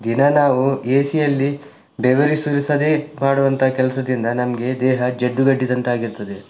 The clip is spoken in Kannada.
ದಿನ ನಾವು ಎ ಸಿಯಲ್ಲಿ ಬೆವರು ಸುರಿಸದೆ ಮಾಡುವಂಥ ಕೆಲಸದಿಂದ ನಮಗೆ ದೇಹ ಜಡ್ಡುಗಟ್ಟಿದಂತಾಗಿರ್ತದೆ